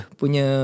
punya